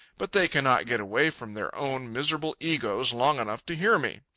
but they cannot get away from their own miserable egos long enough to hear me.